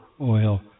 oil